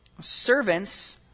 Servants